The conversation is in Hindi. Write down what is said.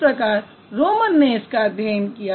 किस प्रकार रोमन ने इसका अध्ययन किया